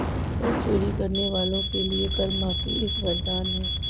कर चोरी करने वालों के लिए कर माफी एक वरदान है